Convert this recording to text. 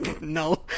No